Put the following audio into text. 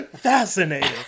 Fascinating